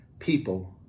people